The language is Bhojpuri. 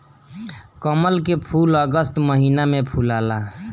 कमल के फूल अगस्त महिना में फुलाला